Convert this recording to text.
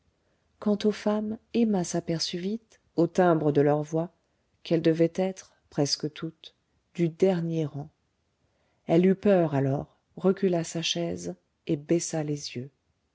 quant aux femmes emma s'aperçut vite au timbre de leurs voix qu'elles devaient être presque toutes du dernier rang elle eut peur alors recula sa chaise et baissa les yeux